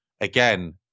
again